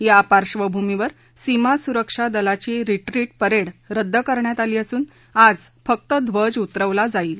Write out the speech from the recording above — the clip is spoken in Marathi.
या पार्बभूमीवर सीमा सुरक्षा दलाची रिट्रीट परेड रद्द करण्यात आली असून आज फक्त ध्वज उतरवला जाईल